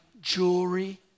jewelry